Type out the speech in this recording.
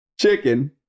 Chicken